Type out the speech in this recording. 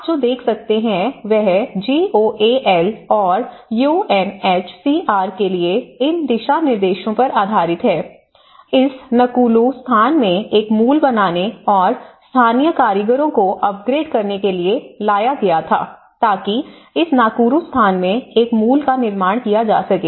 आप जो देख सकते हैं वह जी ओ ए एल और यूएनएचसीआर के लिए इन दिशानिर्देशों पर आधारित है इस नकुलू स्थान में एक मूल बनाने और स्थानीय कारीगरों को अपग्रेड करने के लिए लाया गया था ताकि इस नाकुरु स्थान में एक मूल का निर्माण किया जा सके